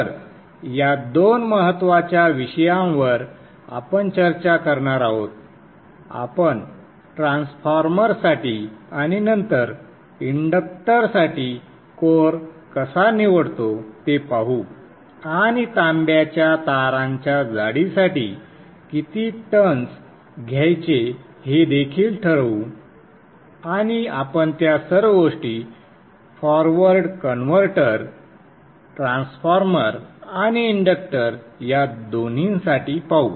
तर या दोन महत्त्वाच्या विषयांवर आपण चर्चा करणार आहोत आपण ट्रान्सफॉर्मरसाठी आणि नंतर इंडक्टरसाठी कोअर कसा निवडतो ते पाहू आणि तांब्याच्या ताराच्या जाडीसाठी किती टर्न्स घ्यायचे हे देखील ठरवू आणि आपण त्या सर्व गोष्टी फॉरवर्ड कन्व्हर्टर ट्रान्सफॉर्मर आणि इंडक्टर या दोन्हीसाठी पाहू